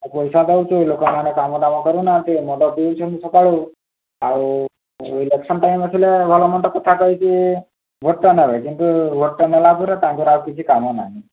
ଆଉ ପଇସା ଦଉଚୁ ଲୋକ ମାନେ କାମଦାମ କରୁନାହାନ୍ତି ମଦ ପିଉଛନ୍ତି ସକାଳୁ ଆଉ ଉଁ ଇଲେକ୍ସନ୍ ଟାଇମ୍ ଆସିଲେ ଭଲ ମନ୍ଦ କଥା କହିକି ଭୋଟ୍ଟା ନେବେ କିନ୍ତୁ ଭୋଟ୍ଟା ନେଲାପରେ ତାଙ୍କର ଆଉ କିଛି କାମ ନାହିଁ